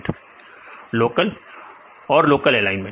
विद्यार्थी लोकल और local alignment